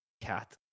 Cat